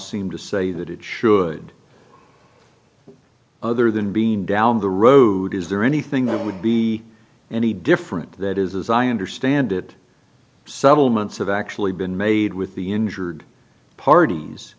seem to say that it should other than being down the road is there anything that would be any different that is as i understand it settlements have actually been made with the injured parties